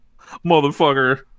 motherfucker